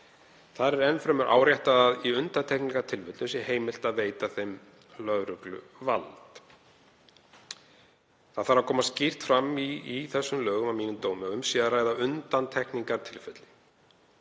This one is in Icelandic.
Þar er enn fremur áréttað að í undantekningartilfellum sé heimilt að veita þeim lögregluvald. Það þarf að koma skýrt fram í þessum lögum, að mínum dómi, að um sé að ræða undantekningartilfelli